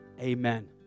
Amen